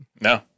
No